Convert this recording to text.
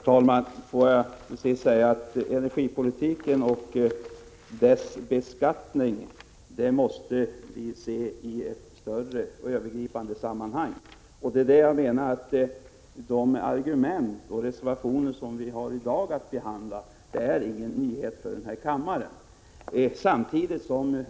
Herr talman! Energipolitiken och energibeskattningen måste ses i ett större sammanhang. De argument och de reservationer som vi i dag har att behandla är inga nyheter för kammaren.